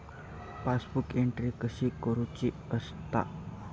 Passbook entry कशी करुची असता?